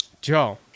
Joe